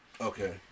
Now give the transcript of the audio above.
Okay